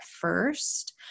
first